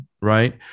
right